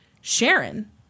Sharon